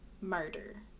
murder